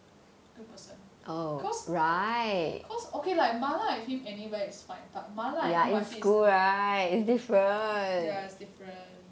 two person cause cause okay like mala with him anywhere is fine but mala at N_Y_P is ya is different